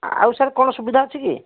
ଆଉ ସାର୍ କ'ଣ ସୁବିଧା ଅଛି କି